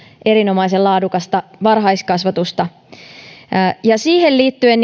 erinomaisen laadukasta varhaiskasvatusta siihen liittyen